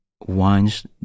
wines